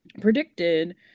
predicted